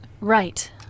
Right